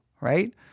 right